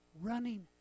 Running